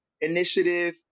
initiative